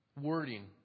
wording